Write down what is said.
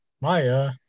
Maya